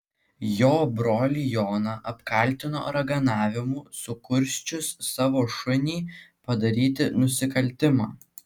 jo brolį joną apkaltino raganavimu sukursčius savo šunį padaryti nusikaltimą